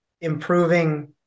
improving